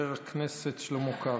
חבר הכנסת שלמה קרעי.